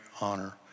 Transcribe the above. honor